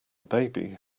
baby